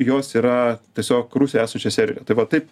jos yra tiesiog rusijoj esančio serverio tai va taip